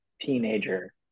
teenager